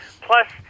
Plus